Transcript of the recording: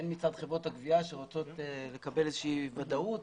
הן מצד חברות הגבייה שרוצות לקבל איזושהי ודאות,